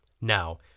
Now